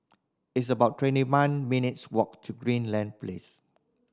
it's about twenty one minutes' walk to Greenleaf Place